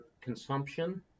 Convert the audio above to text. consumption